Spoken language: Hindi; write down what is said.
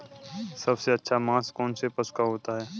सबसे अच्छा मांस कौनसे पशु का होता है?